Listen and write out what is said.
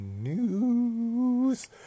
News